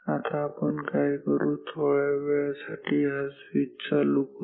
आता आपण काय करू थोड्या वेळासाठी हा स्विच चालू करू